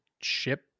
ship